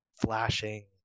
flashing